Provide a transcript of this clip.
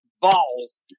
balls